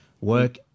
work